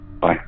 Bye